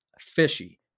Fishy